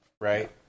Right